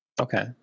Okay